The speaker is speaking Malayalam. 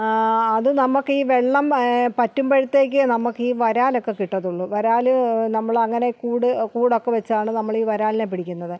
അത് നമുക്കീ വെള്ളം ഈ പറ്റുമ്പഴ്ത്തേക്ക് നമുക്കീ വരാലൊക്കെ കിട്ടത്തുള്ളൂ വരാൽ നമ്മളങ്ങനെ കൂടൊക്കെ വച്ചാണീ വരാലിനെ പിടിക്കുന്നത്